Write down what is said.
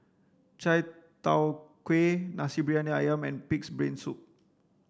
chai tow kuay nasi briyani ayam and pig's brain soup